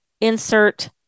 insert